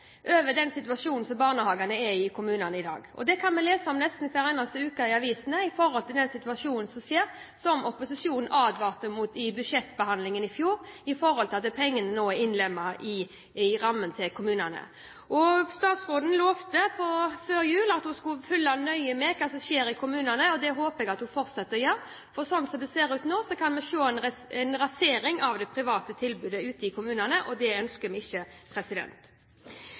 over den situasjonen som barnehagene er i i kommunene i dag. Vi kan nesten hver eneste uke lese i avisene om den situasjonen som er, som opposisjonen advarte mot under budsjettbehandlingen i fjor, i og med at pengene nå er innlemmet i rammen til kommunene. Statsråden lovte før jul at hun skulle følge nøye med på hva som skjer i kommunene. Det håper jeg at hun fortsetter å gjøre, for slik som det ser ut nå, kan vi få en rasering av det private tilbudet ute i kommunene. Det ønsker vi ikke.